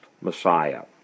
Messiah